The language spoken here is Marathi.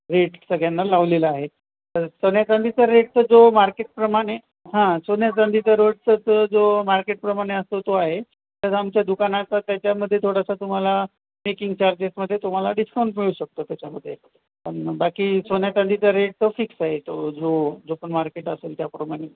रेट सगळ्यांना लावलेला आहे तर सोन्याचांदीचा रेटचं जो मार्केटप्रमाणे हां सोन्याचांदीचं रोटचं तर जो मार्केटप्रमाणे असतो तो आहे तर आमच्या दुकानाचा त्याच्यामध्ये थोडासा तुम्हाला मेकिंग चार्जेसमध्ये तुम्हाला डिस्काउंट मिळू शकतो त्याच्यामध्ये पण बाकी सोन्याचांदीचा रेट तो फिक्स आहे तो जो जो पण मार्केट असेल त्याप्रमाणे